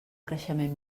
creixement